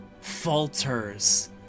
falters